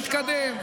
תתקדם.